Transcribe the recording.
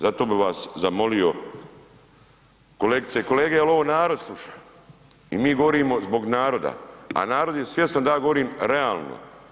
Zato bih vas zamolio kolegice i kolege jer ovo narod sluša i mi govorimo zbog naroda, a narod je svjestan da ja govorim realno.